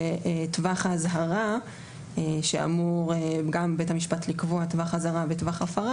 בטווח האזהרה - בית המשפט אמור לקבוע את טווח ההגנה ואת טווח הפרה